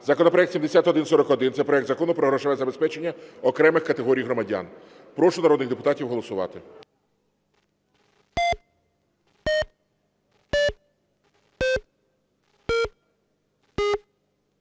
законопроект 7141 – це проект Закону грошове забезпечення окремих категорій громадян. Прошу народних депутатів голосувати.